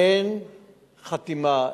אין חתימה,